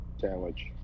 sandwich